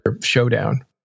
showdown